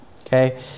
okay